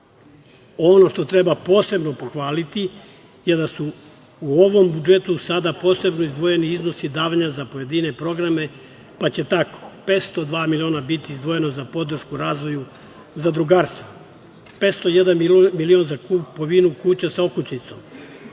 što treba posebno pohvaliti je da su u ovom budžetu sada posebno izdvojeni iznosi davanja za pojedine programe, pa će tako 502 miliona biti izdvojeno za podršku razvoju zadrugarstva, 501 milion za kupovinu kuća sa okućnicom,